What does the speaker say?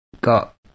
got